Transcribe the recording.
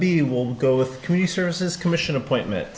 be will go with community services commission appointment